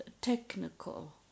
technical